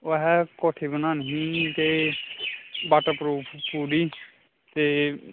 ओ अहें कोठी बनानी ही बाटर प्रूफ ते